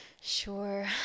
Sure